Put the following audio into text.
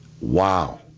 Wow